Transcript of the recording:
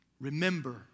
Remember